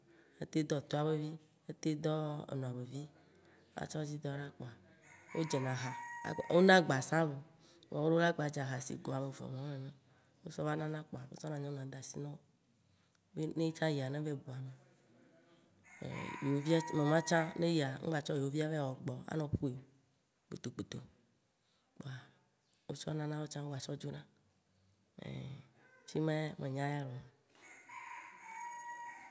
Etem dɔ tɔa be vi, etem dɔ nɔa be vi, atsɔ dzi dɔ cava kpoa wodzena aha wo na gba sã vɔ, vɔ wo ɖo la gba dze aha sie go ameve mɔwo nene, wotsɔva va nana kpoa wo tsɔna nyɔnua da asi nɔwo be ne yetsã yia ne va yi bu ame yewovia tsã mema tsã ne yia mgba va yi tsɔ yewo via tsɔ wɔ gbɔ anɔ ƒoe kpoto kpoto o. Kpoa wo tsɔ nana woawo tsã wo tsɔ dzona fima ya me nya eya